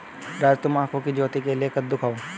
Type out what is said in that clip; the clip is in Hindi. राजू तुम आंखों की ज्योति के लिए कद्दू खाओ